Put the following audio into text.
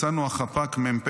"יצאנו, חפ"ק מ"פ